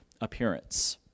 appearance